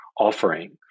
offering